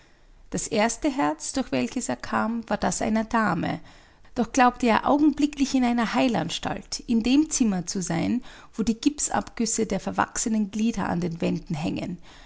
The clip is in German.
das erste herz durch welches er kam war das einer dame doch glaubte er augenblicklich in einer heilanstalt in dem zimmer zu sein wo die gipsabgüsse der verwachsenen glieder an den wänden hängen